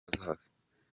hazaza